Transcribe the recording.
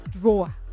drawer